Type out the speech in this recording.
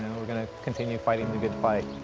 we're going to continue fighting the good fight.